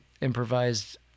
improvised